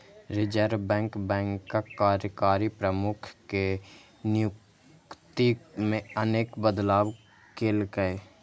reserve bank बैंकक कार्यकारी प्रमुख के नियुक्ति मे अनेक बदलाव केलकै